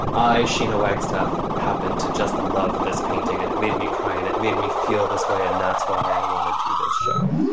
i sheena wagstaff happened to just love this painting and it made me cry and it made me feel this way. and that's why i wanted to this show